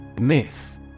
Myth